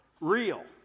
real